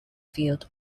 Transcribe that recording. field